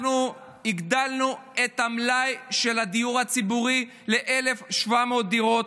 אנחנו הגדלנו את המלאי של הדיור הציבורי ל-1,700 דירות.